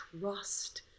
trust